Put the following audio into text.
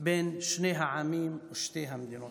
בין שני העמים, שתי המדינות.